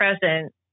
present